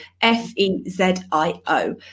F-E-Z-I-O